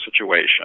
situation